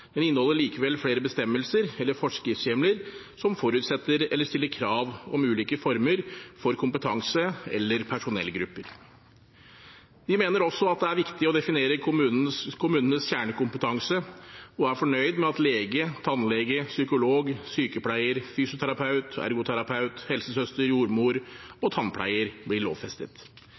men inneholder likevel flere bestemmelser eller forskriftshjemler som forutsetter eller stiller krav om ulike former for kompetanse eller personellgrupper. Vi mener også at det er viktig å definere kommunenes kjernekompetanse, og er fornøyd med at ordningen med lege, tannlege, psykolog, sykepleier, fysioterapeut, ergoterapeut, helsesøster, jordmor og tannpleier blir lovfestet.